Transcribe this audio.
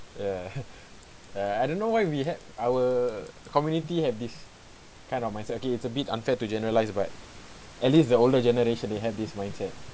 ya uh I don't know what we had our community had this kind of mindset okay it's a bit unfair to generalise but at least the older generation they have this mindset